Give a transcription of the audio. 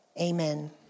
Amen